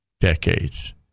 decades